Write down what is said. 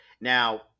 now